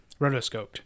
rotoscoped